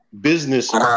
business